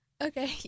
Okay